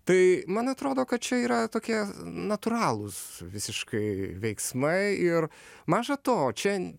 tai man atrodo kad čia yra tokie natūralūs visiškai veiksmai ir maža to čia